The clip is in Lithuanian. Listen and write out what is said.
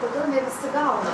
kodėl ne visi gauna